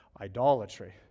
idolatry